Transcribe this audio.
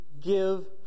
give